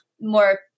more